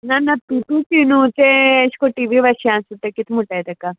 ना ना ती तूं सिनोचें एशें कोन्न टी वी वाचें आसूं तें कित म्हुटाय तेका